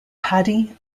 paddy